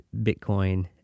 Bitcoin